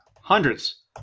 hundreds